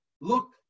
Look